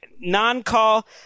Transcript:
Non-call